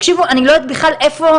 אני לא יודעת איפה,